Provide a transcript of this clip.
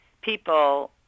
people